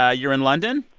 ah you're in london?